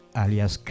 alias